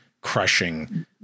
crushing